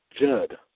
Judd